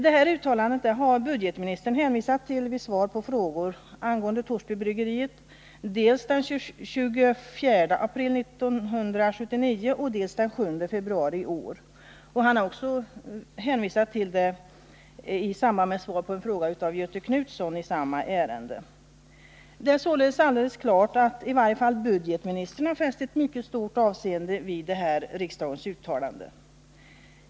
Det uttalandet har budgetministern hänvisat till vid svar på frågor angående Torsbybryggeriet dels den 24 april 1979, dels den 7 februari iår. Han har också hänvisat till det i samband med svar på en fråga av Göthe Knutson i samma ärende. Det är således alldeles klart att i varje fall budgetministern har fäst mycket stort avseende vid riksdagens uttalande.